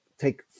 take